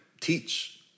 teach